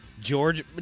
George